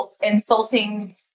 insulting